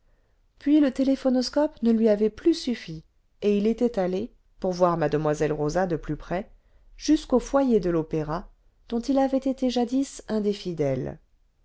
puis le'téléphonoscope ne lui avait plus suffi et il était allé pour voir muerosa de plus près jusqu'au fby er de l'opéra dont il avait été jadis un des fidèles